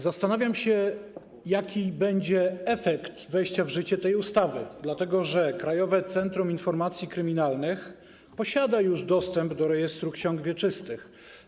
Zastanawiam się, jaki będzie efekt wejścia w życie tej ustawy, dlatego że Krajowe Centrum Informacji Kryminalnych posiada już dostęp do rejestru ksiąg wieczystych.